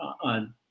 on